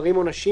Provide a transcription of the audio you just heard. גברים או נשים,